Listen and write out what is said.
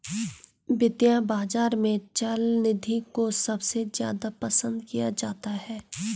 वित्तीय बाजार में चल निधि को सबसे ज्यादा पसन्द किया जाता है